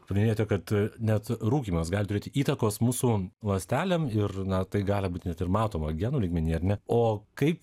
paminėjote kad net rūkymas gali turėti įtakos mūsų ląstelėm ir na tai gali būt net ir matoma genų lygmenyje ar ne o kaip